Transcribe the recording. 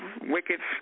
wickets